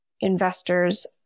investors